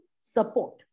support